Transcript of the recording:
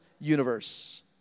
universe